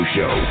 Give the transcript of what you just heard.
Show